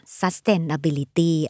sustainability